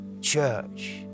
church